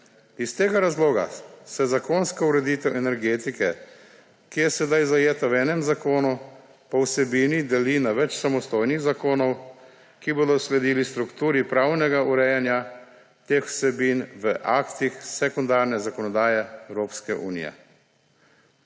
Iz tega razloga se zakonska ureditev energetike, ki je sedaj zajeta v enem zakonu, po vsebini deli na več samostojnih zakonov, ki bodo sledili strukturi pravnega urejanja teh vsebin v aktih sekundarne zakonodaje Evropske unije.